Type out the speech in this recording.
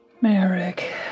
Merrick